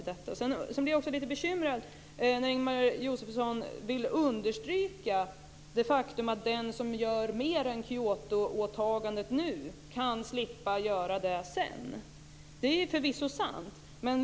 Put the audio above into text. Den andra frågan gäller att jag blir lite bekymrad över att Ingemar Josefsson vill understryka det faktum att den som gör mer än Kyotoåtagandet nu kan slippa göra det sedan. Det är förvisso sant.